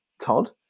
Todd